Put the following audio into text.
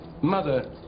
Mother